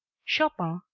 chopin,